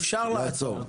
אפשר לעצור.